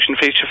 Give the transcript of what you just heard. feature